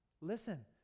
Listen